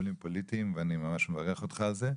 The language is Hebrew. שיקולים פוליטיים ואני ממש מברך אותך על זה,